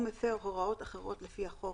או מפר הוראות אחרות לפי החוק,